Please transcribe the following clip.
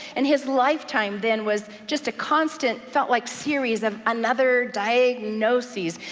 and his lifetime then was just a constant, felt like series of another diagnoses.